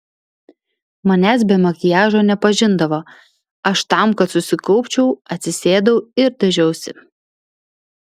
manęs be makiažo nepažindavo aš tam kad susikaupčiau atsisėdau ir dažiausi